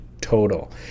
total